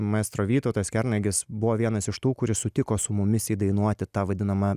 maestro vytautas kernagis buvo vienas iš tų kuris sutiko su mumis įdainuoti tą vadinamą